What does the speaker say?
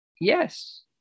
Yes